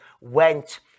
went